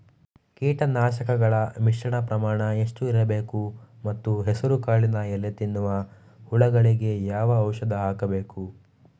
ಕೀಟನಾಶಕಗಳ ಮಿಶ್ರಣ ಪ್ರಮಾಣ ಎಷ್ಟು ಇರಬೇಕು ಮತ್ತು ಹೆಸರುಕಾಳಿನ ಎಲೆ ತಿನ್ನುವ ಹುಳಗಳಿಗೆ ಯಾವ ಔಷಧಿ ಹಾಕಬೇಕು?